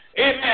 Amen